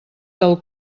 del